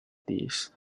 this